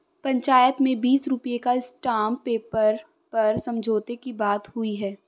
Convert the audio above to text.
पंचायत में बीस रुपए का स्टांप पेपर पर समझौते की बात हुई है